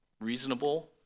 reasonable